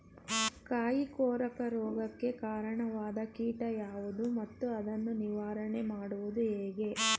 ಕಾಯಿ ಕೊರಕ ರೋಗಕ್ಕೆ ಕಾರಣವಾದ ಕೀಟ ಯಾವುದು ಮತ್ತು ಅದನ್ನು ನಿವಾರಣೆ ಮಾಡುವುದು ಹೇಗೆ?